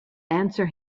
answer